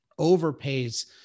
overpays